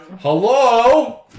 Hello